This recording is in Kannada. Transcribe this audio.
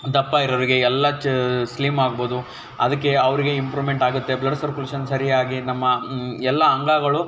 ದಪ್ಪ ಇರೋವ್ರಿಗೆ ಎಲ್ಲ ಸ್ಲಿಮ್ ಆಗ್ಬೋದು ಅದಕ್ಕೆ ಅವರಿಗೆ ಇಂಪ್ರೂವ್ಮೆಂಟ್ ಆಗುತ್ತೆ ಬ್ಲಡ್ ಸರ್ಕ್ಯುಲೇಷನ್ ಸರಿಯಾಗಿ ನಮ್ಮ ಎಲ್ಲ ಅಂಗಗಳು